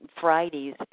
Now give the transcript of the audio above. Fridays